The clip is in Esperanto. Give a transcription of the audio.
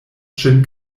ŝin